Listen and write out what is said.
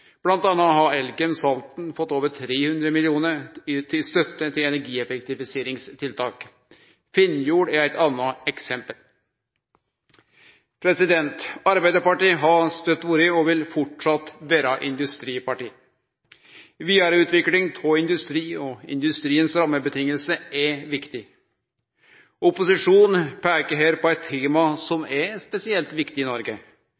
har Elkem Salten fått over 300 mill. kr i støtte til energieffektiviseringstiltak. Finnjord er eit anna eksempel. Arbeidarpartiet har støtt vore og vil framleis vere eit industriparti. Ei vidareutvikling av industri og industriens rammevilkår er viktig. Opposisjonen peikar her på eit tema som er spesielt viktig i Noreg,